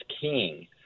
king